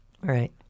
Right